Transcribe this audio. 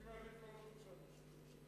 אני מעדיף להעלות עכשיו.